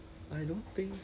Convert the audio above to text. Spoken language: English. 还有别的 job mah